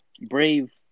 Brave